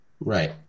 Right